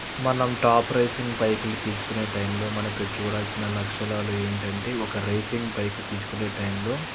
మనం top racing బైకులు తీసుకునే టైంలో మనకు చూడాల్సిన లక్షలాలు ఏంటంటే ఒక రేసింగ్ బైక్ తీసుకునే టైంలో